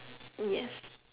yes